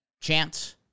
chance